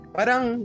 parang